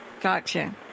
Gotcha